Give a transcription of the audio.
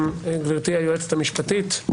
גברתי היועצת המשפטית,